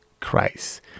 Christ